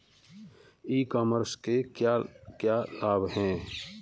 ई commerce के क्या क्या लाभ हैं?